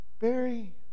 Barry